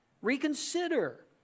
Reconsider